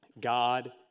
God